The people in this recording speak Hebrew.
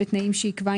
בתנאים שיקבע,